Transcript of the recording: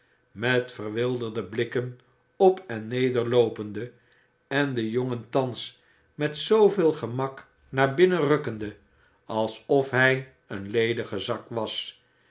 met verwilderde blikken op en neder ioopende en den jongen thans met zooveel gemak naar binnen rukkende alsof hij een ledige zak was